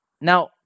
Now